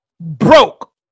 broke